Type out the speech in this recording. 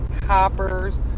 coppers